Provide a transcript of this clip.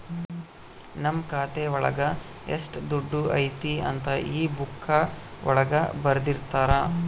ನಮ್ ಖಾತೆ ಒಳಗ ಎಷ್ಟ್ ದುಡ್ಡು ಐತಿ ಅಂತ ಈ ಬುಕ್ಕಾ ಒಳಗ ಬರ್ದಿರ್ತರ